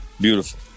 Beautiful